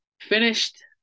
finished